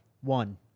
One